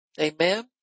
Amen